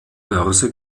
börse